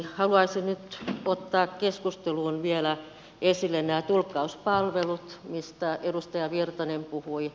haluaisin vielä ottaa keskustelussa esille tulkkauspalvelut joista edustaja virtanen puhui